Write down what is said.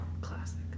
Classic